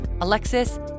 Alexis